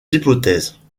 hypothèses